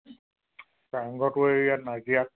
কাৰংঘৰটো এই ইয়াত নাজিৰাত